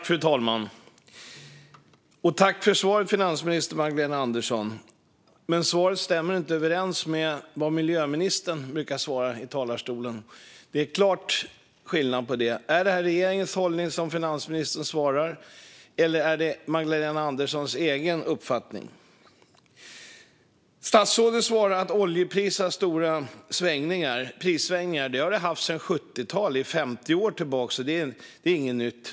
Fru talman! Tack, finansminister Magdalena Andersson, för svaret! Men svaret stämmer inte överens med vad miljöministern brukar svara i talarstolen. Det är en klar skillnad där. Är det regeringens hållning som framgår av finansministerns svar, eller är det Magdalena Anderssons egen uppfattning? Statsrådet svarar att oljepriset har stora svängningar. Det har det haft sedan 1970-talet. Det är 50 år sedan, så det är inget nytt.